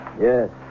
Yes